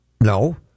No